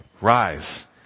rise